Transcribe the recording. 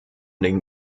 den